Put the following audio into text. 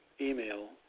email